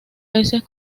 veces